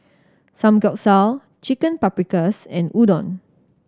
Samgyeopsal Chicken Paprikas and Udon